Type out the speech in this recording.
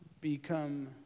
become